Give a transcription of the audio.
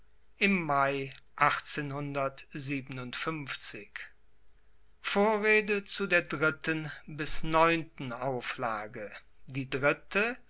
im mai vorrede zu der dritten bis neunten auflage die dritte